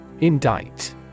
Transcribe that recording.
Indict